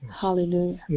Hallelujah